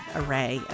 array